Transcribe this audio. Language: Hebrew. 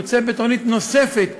יוצא בתוכנית נוספת,